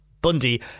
Bundy